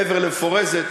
מעבר למפורזת,